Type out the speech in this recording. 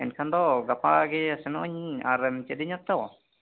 ᱮᱱᱠᱷᱟᱱ ᱫᱚ ᱜᱟᱯᱟ ᱜᱮ ᱥᱚᱱᱚᱜ ᱟᱹᱧ ᱤᱧ ᱟᱨᱮᱢ ᱪᱮᱫ ᱟᱹᱧᱟᱹ ᱛᱚ